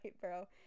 bro